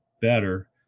better